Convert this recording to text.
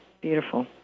Beautiful